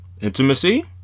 intimacy